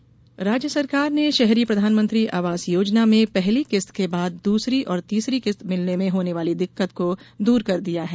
आवास योजना राज्य सरकार ने शहरी प्रधानमंत्री आवास योजना में पहली किस्त के बाद दूसरी और तीसरी किस्त मिलने में होने वाली दिक्कत को दूर किया गया है